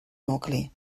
nucli